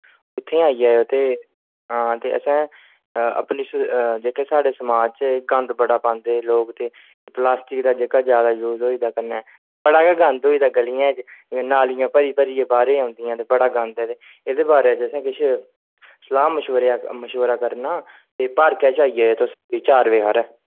इत्थें गै आई जायो ते आं ते असें जेह्के साढ़े समाज च गंद बड़ा पांदे लोग ते ते प्लास्टिक जेह्ड़ा जादा यूज़ होई गेदा कन्नै बड़ा गै गंद होई गेदा गलियें च नालियां भरी भरियै बाहरै गी औंदे ते ओह्दे कन्नै किश सलाह् मश्वरा करना ते पार्के च आई जायो तुस कोई चार बजे हारे